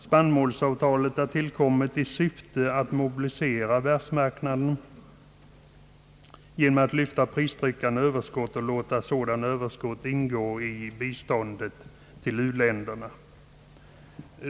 Spannmålsavtalet har tillkommit i syfte att mobilisera världsmarknaden genom att lyfta pristryckande överskott och låta sådana överskott ingå i biståndet till u-länderna.